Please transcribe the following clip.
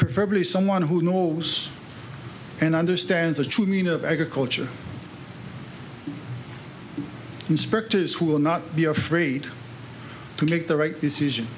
proverbially someone who knows and understands the true meaning of agriculture inspectors who will not be afraid to make the right decision